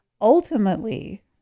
ultimately